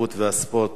התרבות והספורט,